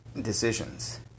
...decisions